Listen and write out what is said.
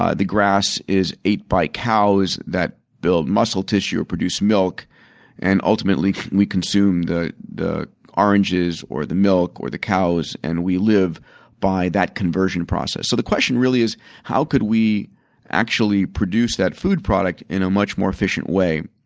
ah the grass is eaten by cows that build muscle tissue or produce milk and ultimately we consume the the oranges, or the milk, or the cows and we live by that conversion process. so the question really is how could we actually produce that food product in a much more efficient way?